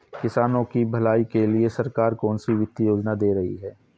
किसानों की भलाई के लिए सरकार कौनसी वित्तीय योजना दे रही है?